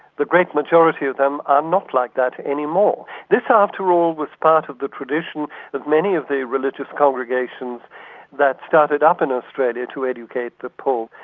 the great majority of them, are not like that anymore. this after all was part of the tradition that many of the religious congregations that started up in australia to educate the poor,